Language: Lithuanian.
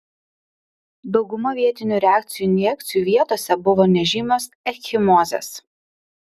dauguma vietinių reakcijų injekcijų vietose buvo nežymios ekchimozės